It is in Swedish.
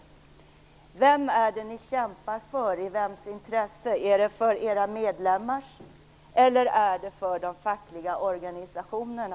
Vem är det ni kämpar för? I vems intresse är det ni gör det, är det för era medlemmar eller för de fackliga organisationerna?